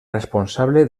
responsable